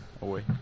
away